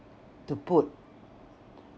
to put